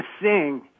sing